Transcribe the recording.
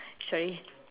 sorry